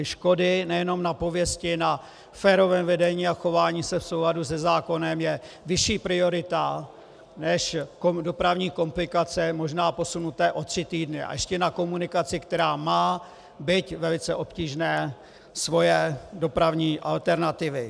Škody nejenom na pověsti, na férovém vedení a chování se v souladu se zákonem je vyšší priorita než dopravní komplikace, možná posunuté o tři týdny, a ještě na komunikaci, která má byť velice obtížné svoje dopravní alternativy.